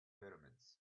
pyramids